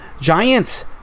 Giants